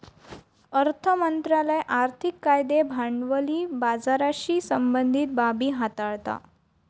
अर्थ मंत्रालय आर्थिक कायदे भांडवली बाजाराशी संबंधीत बाबी हाताळता